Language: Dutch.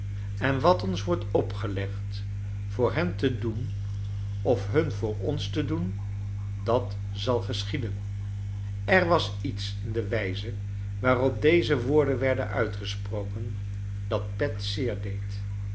en wat ons wordt opgelegd voor hen te doen of hun voor ons te doen dat zal geschieden er was lets in de wijze waarop deze woorden werden uitgesproken dat pet zeer deed